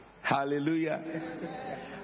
Hallelujah